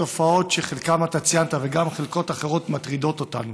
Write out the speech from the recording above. התופעות שאץ חלקן ציינת וגם אחרות מטרידות אותנו.